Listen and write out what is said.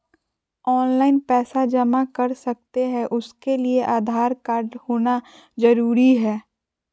Online पैसा जमा कर सकते हैं उसके लिए आधार कार्ड होना जरूरी है?